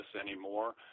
anymore